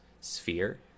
sphere